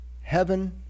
heaven